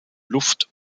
luft